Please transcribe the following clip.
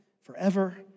forever